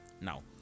Now